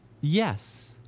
Yes